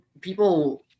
People